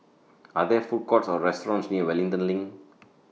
Are There Food Courts Or restaurants near Wellington LINK